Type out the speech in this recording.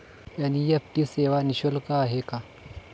NEFT सेवा निःशुल्क आहे का?